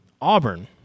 Auburn